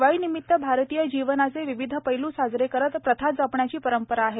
दिवाळीनिमित भारतीय जीवनाचे विविध पैलू साजरे करत प्रथा जपण्याची परंपरा आहे